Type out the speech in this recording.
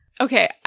Okay